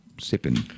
sipping